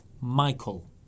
Michael